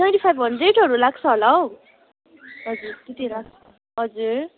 twenty five हन्ड्रेडहरू लाग्छ होला हो हजुर त्यति लाग हजुर